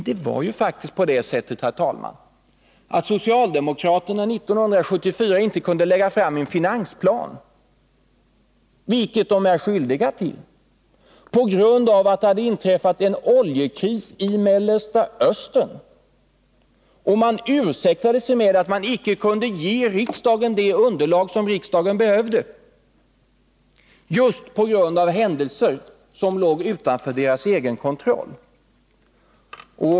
Det var faktiskt på det sättet, herr talman, att socialdemokraterna 1974 inte kunde lägga fram en finansplan — vilket de var skyldiga till — på grund av att det hade inträffat en oljekris i Mellersta Östern. Man ursäktade sig med att man icke kunde ge riksdagen det underlag som riksdagen behövde just på grund av händelser som låg utanför deras egen kontroll.